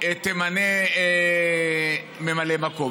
תמנה ממלא מקום.